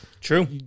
true